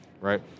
right